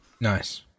Nice